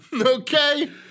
Okay